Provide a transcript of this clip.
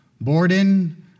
Borden